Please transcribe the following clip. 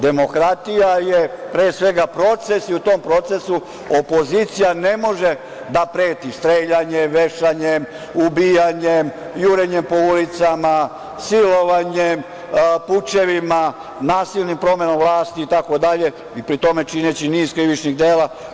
Demokratija je pre svega proces i u tom procesu opozicija ne može da preti streljanjem, vešanjem, ubijanjem, jurenjem po ulicama, silovanjem, pučevima, nasilnim promenama vlasti itd. i pri tome čineći niz krivičnih dela.